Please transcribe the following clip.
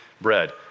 bread